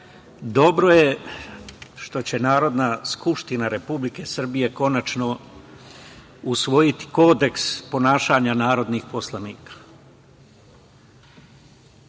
dobro je što će Narodna skupština Republike Srbije konačno usvojiti kodeks ponašanja narodnih poslanika. Pravila